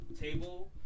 table